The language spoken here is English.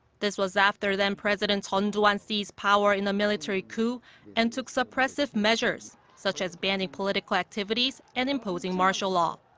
this was after then-president chun doo-hwan seized power in a military coup and took suppressive measures. such as banning political activities and imposing martial law.